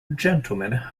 gentleman